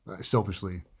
Selfishly